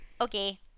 okay